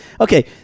Okay